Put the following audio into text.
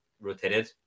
rotated